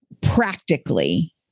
practically